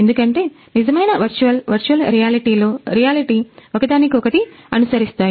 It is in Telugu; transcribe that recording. ఎందుకంటే నిజమైన వర్చువల్ వర్చువల్ రియాలిటీలో రియాలిటీ ఒకదానికొకటి అనుసరిస్తాయి